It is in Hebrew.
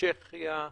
צ'כיה,